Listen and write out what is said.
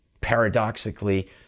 paradoxically